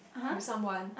with someone